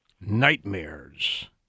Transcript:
Nightmares